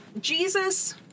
Jesus